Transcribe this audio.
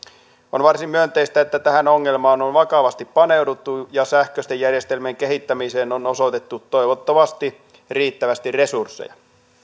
on varsin myönteistä että tähän ongelmaan on vakavasti paneuduttu ja sähköisten järjestelmien kehittämiseen on osoitettu toivottavasti riittävästi resursseja